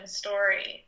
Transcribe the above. story